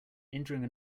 injuring